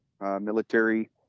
military